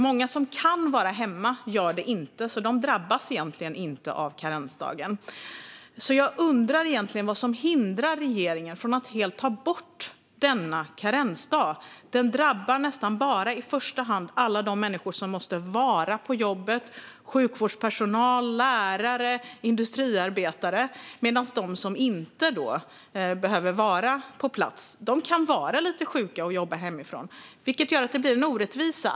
Många som kan vara hemma har inte gjort det, så de drabbas egentligen inte av karensdagen. Jag undrar egentligen vad som hindrar regeringen från att helt ta bort denna karensdag. Den drabbar nästan bara de människor som måste vara på jobbet - sjukvårdspersonal, lärare och industriarbetare. De som inte behöver vara på plats kan vara lite sjuka och jobba hemifrån. Detta gör att det blir en orättvisa.